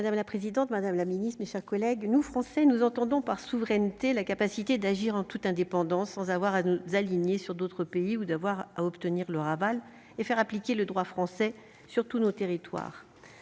Madame la présidente, Madame la Ministre, mes chers collègues, nous Français, nous entendons par souveraineté la capacité d'agir en toute indépendance sans avoir à nous aligner sur d'autres pays ou d'avoir à obtenir leur aval et faire appliquer le droit français sur tous nos territoires,